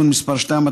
(תיקון מס' 2),